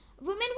Women